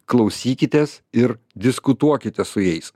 klausykitės ir diskutuokite su jais